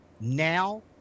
now